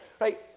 Right